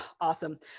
Awesome